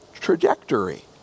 trajectory